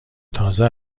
تازه